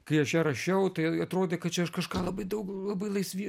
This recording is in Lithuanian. kai aš ją rašiau tai atrodė kad čia aš kažką labai daug labai laisvi